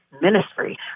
ministry